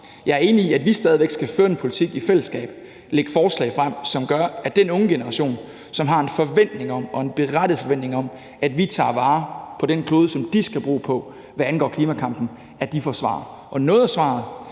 jeg er enig i, at vi stadig væk skal føre en politik i fællesskab, lægge forslag frem, som gør, at den unge generation, som har en forventning om og en berettiget forventning om, at vi tager vare på den klode, som de skal bo på, får svar, hvad angår klimakampen. Og noget af svaret